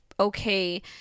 Okay